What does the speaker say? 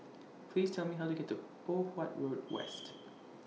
Please Tell Me How to get to Poh Huat Road West